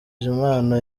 impano